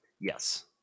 Yes